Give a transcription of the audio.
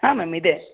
ಹಾಂ ಮ್ಯಾಮ್ ಇದೆ